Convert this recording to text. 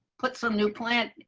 put some new plant,